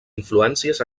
influències